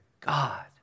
God